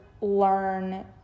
learn